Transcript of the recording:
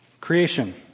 Creation